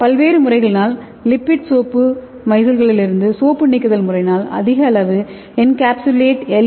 பல்வேறு முறைகளினால் lipid soap மைசை ல்களிலிருந்து சோப்பு நீக்குதல் முறையினால் அதிக அளவு எஙகேப்சுலேட் எல்